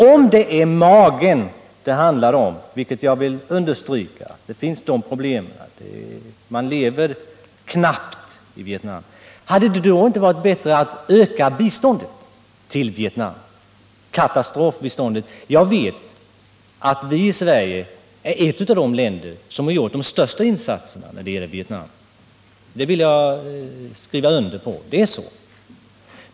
Om det är magen det handlar om — vilket jag vill understryka; de problemen finns, för man lever knappt i Vietnam — hade det då inte varit bättre att öka katastrofbiståndet till Vietnam? Jag vet att Sverige är ett av de länder som gjort de största insatserna när det gäller Vietnam. Det vill jag skriva under på — det är så.